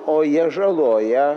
o jie žaloja